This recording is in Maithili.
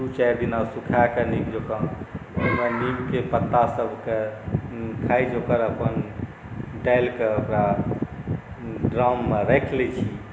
दुइ चारि दिना सुखाकऽ नीक जकाँ ओहिमे नीमके पत्ता सभके खाइ जोगर अपन डालिकऽ ओकरा ड्राममे राखि लै छी